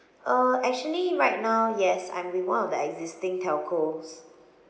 uh actually right now yes I'm with one of the existing telcos